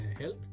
health